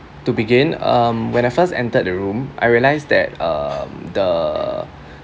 to begin um when I first entered the room I realised that um the